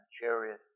chariot